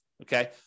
okay